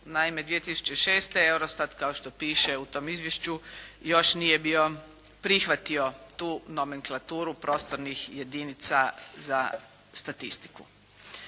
Naime, 2006. EUROSTAT, kao što piše u tom izvješću, još nije bio prihvatio tu nomenklaturu prostornih jedinica za statistiku.